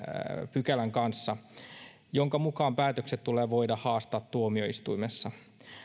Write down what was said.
pykälän kanssa jonka mukaan päätökset tulee voida haastaa tuomioistuimessa